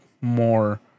more